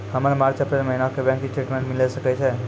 हमर मार्च अप्रैल महीना के बैंक स्टेटमेंट मिले सकय छै?